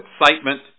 excitement